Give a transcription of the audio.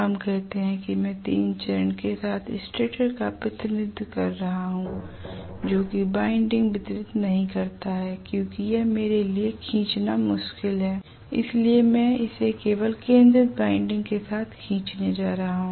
हम कहते हैं कि मैं 3 चरण के साथ स्टेटर का प्रतिनिधित्व कर रहा हूं जो कि बाइंडिंग वितरित नहीं करता है क्योंकि यह मेरे लिए खींचना मुश्किल है इसलिए मैं इसे केवल केंद्रित वाइंडिंग के साथ खींचने जा रहा हूं